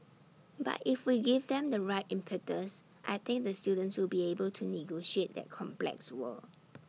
but if we give them the right impetus I think the students will be able to negotiate that complex world